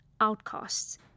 outcasts